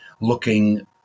looking